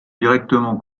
directement